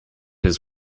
has